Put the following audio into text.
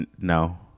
No